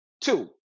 two